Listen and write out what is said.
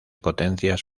potencias